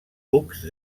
cucs